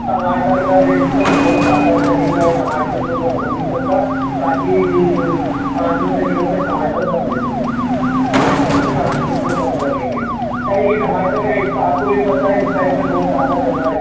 टमाटर का रेट तो बहुत ज़्यादा चल ही रहा है टमाटर तो कम हो नहीं सकता बाकी पाँच रुपये किलो पे टमाटर कम दे देना टमाटर पे पाँच रुपये किलो कम कर लेंगे क्या है कि टमाटर का रेट तो आपको भी पता है इस टाइम पे बहुत ज़्यादा चल रहा है